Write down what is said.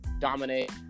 dominate